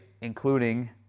including